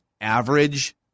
average